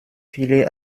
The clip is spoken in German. viele